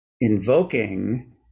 invoking